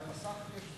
על המסך יש.